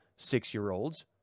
six-year-olds